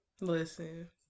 Listen